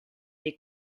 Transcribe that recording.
dei